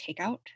takeout